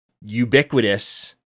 ubiquitous